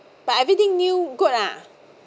but everything new good ah